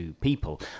people